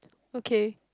okay